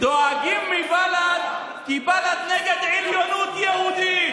דואגים מבל"ד כי בל"ד נגד עליונות יהודית.